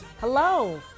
Hello